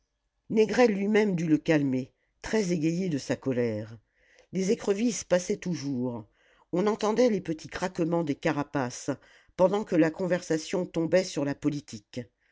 négrel lui-même dut le calmer très égayé de sa colère les écrevisses passaient toujours on entendait les petits craquements des carapaces pendant que la conversation tombait sur la politique